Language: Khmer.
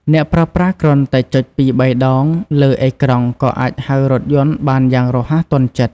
អ្នកប្រើប្រាស់គ្រាន់តែចុចពីរបីដងលើអេក្រង់ក៏អាចហៅរថយន្តបានយ៉ាងរហ័សទាន់ចិត្ត។